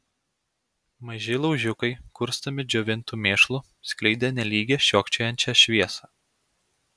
maži laužiukai kurstomi džiovintu mėšlu skleidė nelygią šokčiojančią šviesą